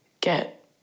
get